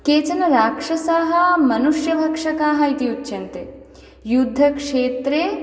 केचन राक्षसाः मनुष्यभक्षकाः इति उच्यन्ते युद्धक्षेत्रे